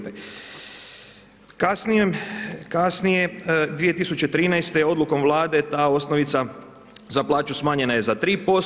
Kasnije, 2013. odlukom Vlade ta osnovica za plaću smanjena je za 3%